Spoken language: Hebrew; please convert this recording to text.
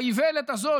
באיוולת הזו,